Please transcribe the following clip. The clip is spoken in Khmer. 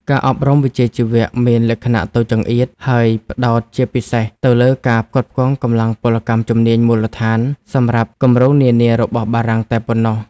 ការអប់រំវិជ្ជាជីវៈមានលក្ខណៈតូចចង្អៀត ហើយផ្តោតជាពិសេសទៅលើការផ្គត់ផ្គង់កម្លាំងពលកម្មជំនាញមូលដ្ឋានសម្រាប់គម្រោងនានារបស់បារាំងតែប៉ុណ្ណោះ។